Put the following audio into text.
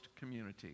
community